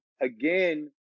again